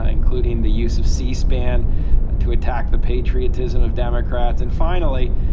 ah including the use of c-span to attack the patriotism of democrats. and finally,